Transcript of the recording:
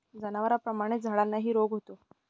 जनावरांप्रमाणेच झाडांनाही रोग होतो